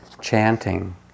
chanting